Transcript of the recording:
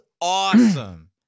awesome